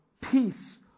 peace